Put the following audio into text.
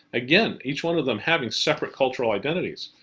again, each one of them having separate cultural identities.